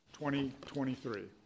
2023